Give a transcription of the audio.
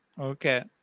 okay